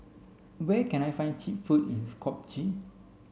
where can I find cheap food in Skopje